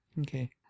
okay